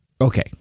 Okay